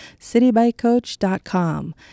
citybikecoach.com